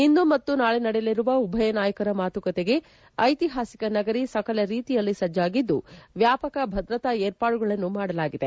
ಇಂದು ಮತ್ತು ನಾಳೆ ನಡೆಯಲಿರುವ ಉಭಯ ನಾಯಕರ ಮಾತುಕತೆಗೆ ಐತಿಹಾಸಿಕ ನಗರಿ ಸಕಲ ರೀತಿಯಲ್ಲಿ ಸಜ್ಜಾಗಿದ್ದು ವ್ಯಾಪಕ ಭದ್ರತಾ ಏರ್ಪಾಡುಗಳನ್ನು ಮಾಡಲಾಗಿದೆ